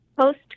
Post